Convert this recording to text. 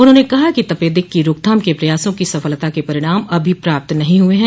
उन्होंने कहा कि तपेदिक की रोकथाम के प्रयासों की सफलता के परिणाम अभी प्राप्त नहीं हुए हैं